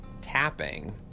tapping